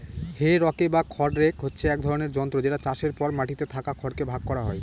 হে rake বা খড় rake হচ্ছে এক ধরনের যন্ত্র যেটা চাষের পর মাটিতে থাকা খড় কে ভাগ করা হয়